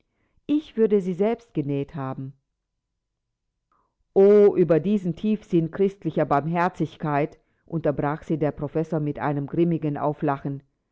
ich würde sie selbst genäht haben o über diesen tiefsinn christlicher barmherzigkeit unterbrach sie der professor mit einem ingrimmigen auflachen